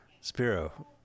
Spiro